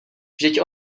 vždyť